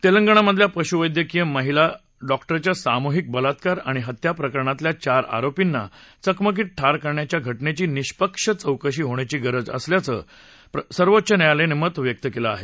तेलंगणमधल्या पशुवैद्यकीय महिला डॉक्टरच्या सामूहिक बलात्कार आणि हत्या प्रकरणातल्या चार आरोपींना चकमकीत ठार करण्याच्या घटनेची निष्पक्ष चौकशी होण्याची गरज असल्याचं मत सर्वोच्च न्यायालयानं व्यक्त केलं आहे